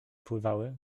pływały